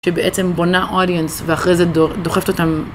שבעצם בונה audience ואחרי זה דוחפת אותם